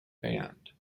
band